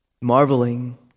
Marveling